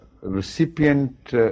recipient